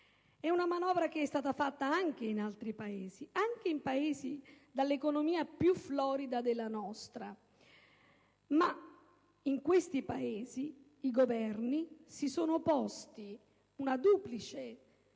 È una manovra fatta anche in altri Paesi, anche in Paesi dall'economia più florida della nostra. In questi Paesi, però, i Governi si sono posti un duplice